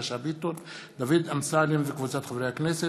חברי הכנסת,